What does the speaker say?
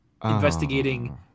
investigating